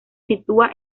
sitúa